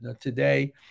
today